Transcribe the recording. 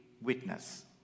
witness